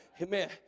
Amen